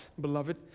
beloved